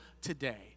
today